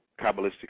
Kabbalistic